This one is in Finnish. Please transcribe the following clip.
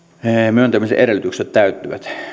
myöntämisen edellytykset täyttyvät